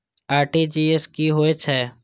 RTGS की होय छै